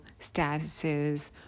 statuses